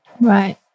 Right